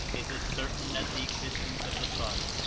is as certain as the existence of the sun,